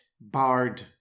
bard